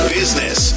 business